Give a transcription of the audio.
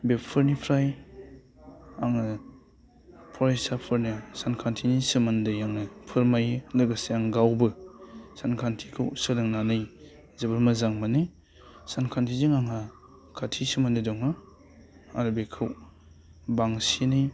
बेफोरनिफ्राय आङो फरायसाफोरनो सानखान्थिनि सोमोन्दै आङो फोरमायो लोगोेसे आं गावबो सानखान्थिखौ सोलोंनानै जोबोर मोजां मोनो सानखान्थिजों आंहा खाथि सोमोन्दो दङ आरो बेखौ बांसिनै